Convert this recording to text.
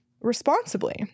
responsibly